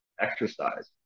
exercise